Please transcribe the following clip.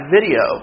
Video